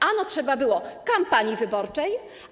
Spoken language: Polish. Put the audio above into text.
Ano trzeba było kampanii wyborczej.